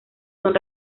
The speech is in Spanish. son